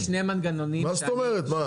מה זאת אומרת מה?